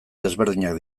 desberdinak